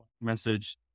message